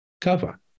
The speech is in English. cover